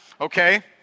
okay